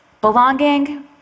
Belonging